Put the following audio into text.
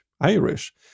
Irish